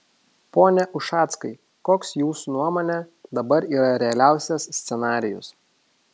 pone ušackai koks jūsų nuomone dabar yra realiausias scenarijus